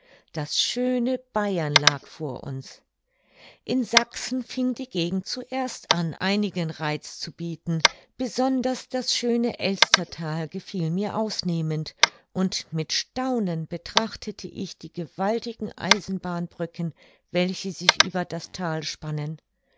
das schöne bayern lag vor uns in sachsen fing die gegend zuerst an einigen reiz zu bieten besonders das schöne elsterthal gefiel mir ausnehmend und mit staunen betrachtete ich die gewaltigen eisenbahnbrücken welche sich über das thal spannen